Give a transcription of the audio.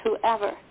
whoever